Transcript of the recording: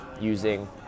using